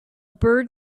bird